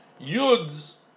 Yud's